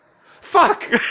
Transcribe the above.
Fuck